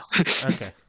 okay